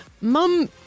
Mum